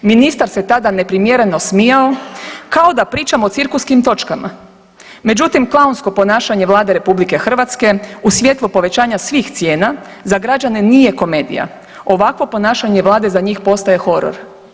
Ministar se tada neprimjereno smijao kao da pričam o cirkuskim točkama, međutim klaunsko ponašanje Vlade RH u svjetlo povećanja svih cijena za građane nije komedija, ovakvo ponašanje vlade za njih postaje horor.